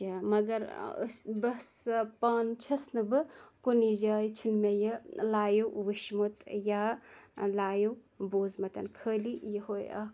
کیا مگر أسۍ بہٕ ہسا پانہٕ چھَس نہٕ بہٕ کُنی جایہِ چھِنہٕ مےٚ یہِ لایِو وٕچھمُت یا لایِو بوٗزمُت خٲلی یوٚہے اَکھ